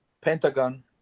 Pentagon